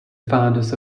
fathers